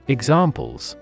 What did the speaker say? Examples